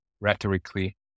rhetorically